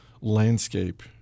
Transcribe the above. landscape